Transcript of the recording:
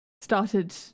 started